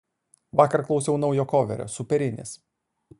vakar klausiau naujo koverio superinis